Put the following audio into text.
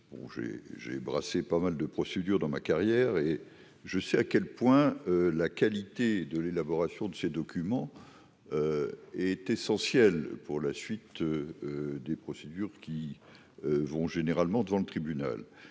j'ai brassé pas mal de procédure dans ma carrière et je sais à quel point la qualité de l'élaboration de ces documents est essentiel pour la suite des procédures qui vont généralement devant le tribunal